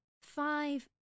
five